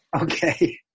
Okay